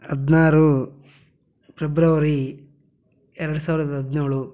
ಹದಿನಾರು ಫ್ರೆಬ್ರವರಿ ಎರಡು ಸಾವಿರದ ಹದಿನೇಳು